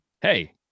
hey